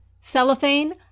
cellophane